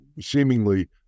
seemingly